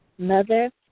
Mother